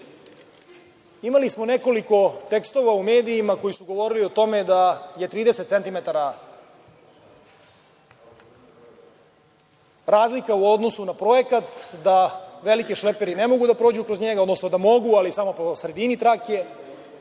Imali smo nekoliko tekstova u medijima koji su govorili o tome da je 30 centimetara razlika u odnosu na projekat, da veliki šleperi ne mogu da prođu kroz njega, odnosno da mogu, ali samo po sredini trake,